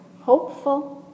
hopeful